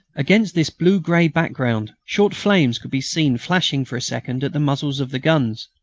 against this blue-grey background short flames could be seen flashing for a second at the muzzles of the guns.